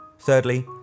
Thirdly